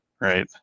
right